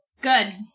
Good